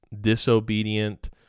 disobedient